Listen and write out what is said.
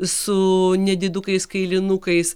su nedidukais kailinukais